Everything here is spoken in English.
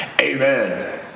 Amen